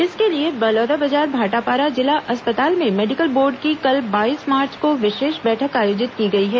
इसके लिए बलौदाबाजार भाटापारा जिला अस्पताल में मेडिकल बोर्ड की कल बाईस मार्च को विशेष बैठक आयोजित की गई है